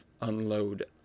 unload